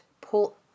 pull